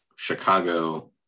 Chicago